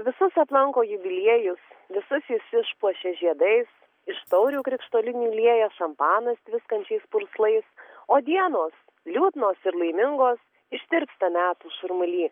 visus aplanko jubiliejus visus jis išpuošia žiedais iš taurių krikštolinių liejas šampanas tviskančiais purslais o dienos liūdnos ir laimingos ištirpsta metų šurmuly